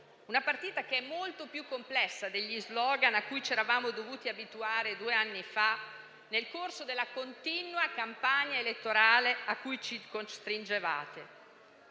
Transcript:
una partita che è molto più complessa degli *slogan* a cui c'eravamo dovuti abituare due anni fa nel corso della continua campagna elettorale a cui ci costringevate.